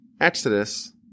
exodus